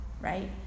right